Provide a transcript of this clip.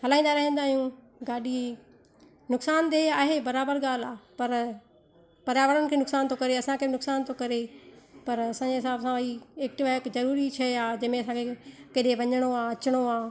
हलाईंदा रहंदा आहियूं गाॾी नुक़सानु देह आहे बराबरि ॻाल्हि आहे पर पर्यावरण खे नुक़सानु थो करे असांखे बि नुक़सानु थो करे पर असांजे हिसाबु सां भाई एक्टिवा हिकु ज़रूरी शइ आहे जंहिंमें असांखे किथे वञिणो आहे अचिणो आहे